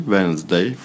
Wednesday